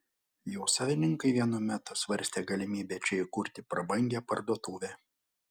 jo savininkai vienu metu svarstė galimybę čia įkurti prabangią parduotuvę